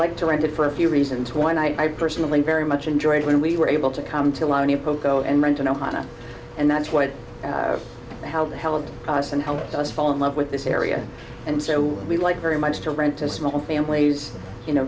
like to rent it for a few reasons one i personally very much enjoy when we were able to come to lani poco and rent an ohana and that's what the how the hell it cost and helped us fall in love with this area and so we'd like very much to rent to small families you know